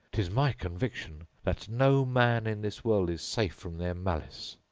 tis my conviction that no man in this world is safe from their malice!